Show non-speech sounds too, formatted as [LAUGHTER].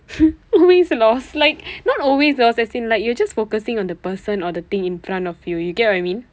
[LAUGHS] always lost like not always lost as in like you're just focusing on the person or the thing in front of you you get what I mean